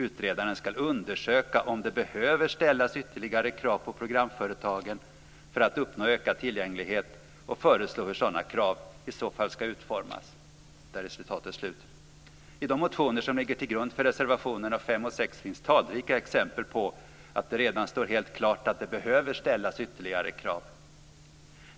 Utredaren skall undersöka om det behöver ställas ytterligare krav på programföretagen för att uppnå ökad tillgänglighet och föreslå hur sådana krav i så fall skall utformas." I de motioner som ligger till grund för reservationerna 5 och 6 finns talrika exempel på att det redan står helt klart att det behöver ställas ytterligare krav.